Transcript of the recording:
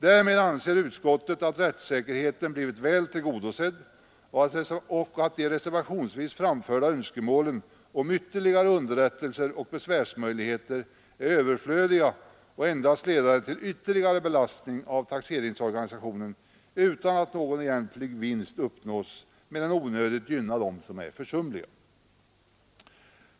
Därmed anser utskottet att rättssäkerheten blivit väl tillgodosedd och att de reservationsvis framförda önskemålen om ytterligare underrättelser och besvärsmöjligheter är överflödiga och endast leder till ytterligare belastning av taxeringsorganisationen utan att någon egentlig vinst uppnås och onödigt gynnar dem som är försumliga.